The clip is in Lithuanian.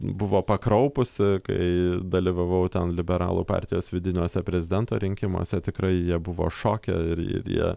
buvo pakraupusi kai dalyvavau ten liberalų partijos vidiniuose prezidento rinkimuose tikrai jie buvo šoke ir ir jie